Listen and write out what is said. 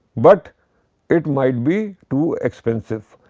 but it might be too expensive.